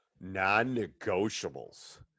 non-negotiables